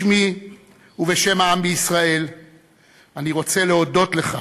בשמי ובשם העם בישראל אני רוצה להודות לך